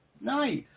Nice